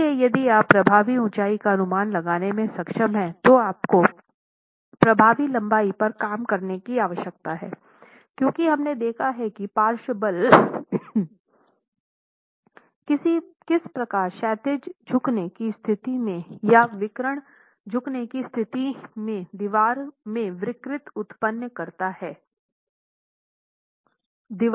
इसलिए यदि आप प्रभावी ऊंचाई का अनुमान लगाने में सक्षम हैं तो आपको प्रभावी लंबाई पर काम करने की आवश्यकता है क्योंकि हमने देखा है कि पार्श्व बल किस प्रकार क्षैतिज झुकने की स्थिति में या विकर्ण झुकने की स्थिति में दीवार में विकृति उत्पन्न करते हैं